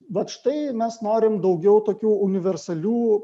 vat štai mes norim daugiau tokių universalių